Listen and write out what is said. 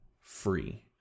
free